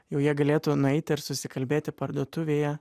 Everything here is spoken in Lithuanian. jau jie galėtų nueiti ir susikalbėti parduotuvėje